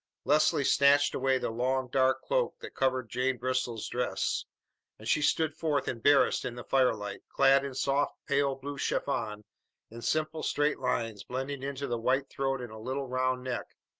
leslie snatched away the long, dark cloak that covered jane bristol's dress and she stood forth embarrassed in the firelight, clad in soft, pale-blue chiffon in simple straight lines blending into the white throat in a little round neck,